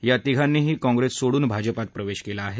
या तिघांनीही काँप्रेस सोडून भाजपात प्रवेश केला आहे